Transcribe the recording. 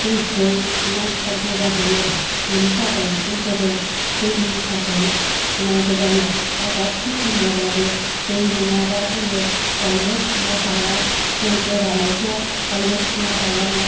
दैखौ नांथारगौ जाहैयो बेनि थाखाय जोंफोरो दैनि थाखाय नांगौ जायो आबाद खिथि मावब्लाबो दै नोङाब्ला जोङो गायनो फुनो हाया जों गोरानावथ' गायनो फुनो हायाना